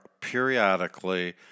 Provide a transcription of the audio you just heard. periodically